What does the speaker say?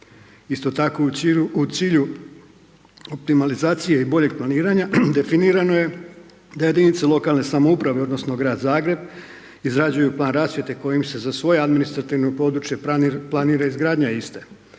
Isto tako, u cilju optimalizacije i boljeg planiranja definirano je da jedinice lokalne samouprave odnosno grad Zagreb izgrađuju plan rasvjete kojim se za svoje administrativno područje planira izgradnja iste.